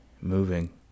moving